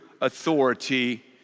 authority